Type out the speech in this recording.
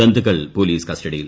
ബന്ധുക്കൾ പോലീസ് കസ്റ്റഡിയിൽ